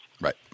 Right